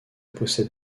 possède